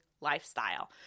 lifestyle